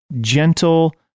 gentle